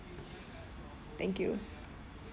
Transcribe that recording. thank you